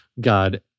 God